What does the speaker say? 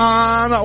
on